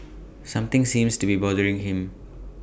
something seems to be bothering him